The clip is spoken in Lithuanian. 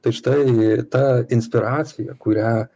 tai štai ta inspiracija kurią